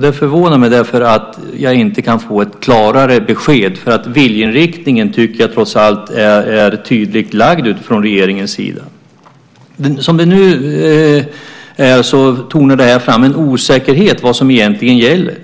Det förvånar mig därför att jag inte kan få ett klarare besked. Viljeinriktningen tycker jag trots allt är tydligt lagd från regeringens sida. Som det nu är tonar det fram en osäkerhet vad som egentligen gäller.